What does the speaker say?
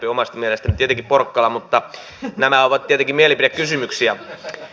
omasta mielestäni tietenkin porkkala mutta nämä ovat tietenkin mielipidekysymyksiä